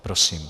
Prosím.